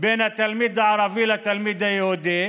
בין התלמיד הערבי לתלמיד היהודי,